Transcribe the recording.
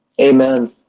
Amen